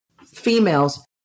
females